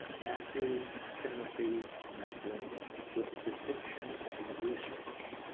matthew timothy maclean with distinction in research.